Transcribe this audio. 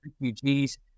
refugees